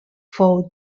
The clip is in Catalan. fou